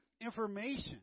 information